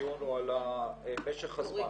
הדיון הוא על משך הזמן,